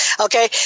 Okay